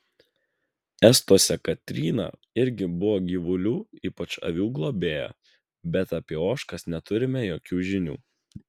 estuose katryna irgi buvo gyvulių ypač avių globėja bet apie ožkas neturime jokių žinių